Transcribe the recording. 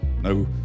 no